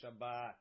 Shabbat